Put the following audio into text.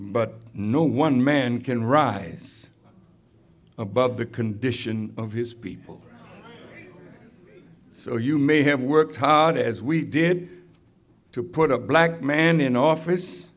but no one man can rise above the condition of his people so you may have worked hard as we did to put a black man in office